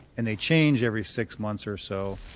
and they change every six months or so,